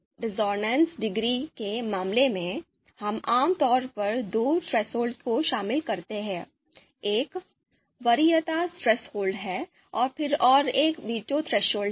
discordance degree के मामले में हम आम तौर पर दो थ्रेसहोल्ड को शामिल करते हैं एक वरीयता थ्रेसहोल्ड है फिर एक और वीटो थ्रेशोल्ड है